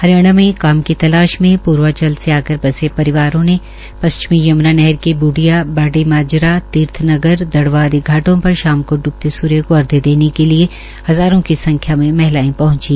हरियाणा में काम की तलाश में पूर्वाचल से आकर बसे परिवारों ने पश्चिमी यम्ना नहर के ब्डिया बाड़ी माजरा तीर्थनगर दड़वा आदि घा ों पर शाम को ड्बते सूर्य को अध्य देने के लिए हजारों की संख्या में महिलाएं पहंची